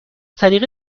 طریق